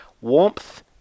Warmth